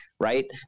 Right